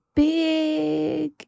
big